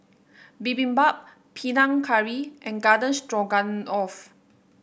Bibimbap Panang Curry and Garden Stroganoff